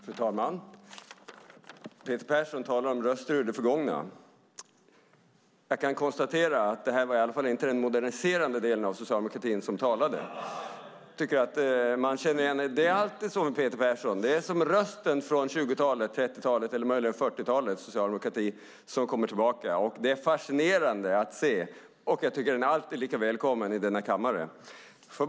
Fru talman! Peter Persson talar om röster ur det förgångna. Jag kan konstatera att det i alla fall inte var den moderniserade delen av socialdemokratin som talade här. Man känner igen det. Det är alltid så med Peter Persson. Det är rösten från 20-talets, 30-talets eller möjligen 40-talets socialdemokrati som kommer tillbaka. Det är fascinerande, och den är alltid lika välkommen i denna kammare.